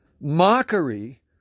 mockery